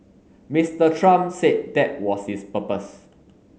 Mister Trump said that was his purpose